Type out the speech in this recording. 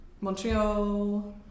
Montreal